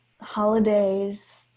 holidays